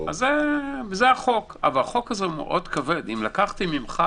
אבל החוק הזה מאוד כבד - אם לקחתי ממך,